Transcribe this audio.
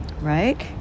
right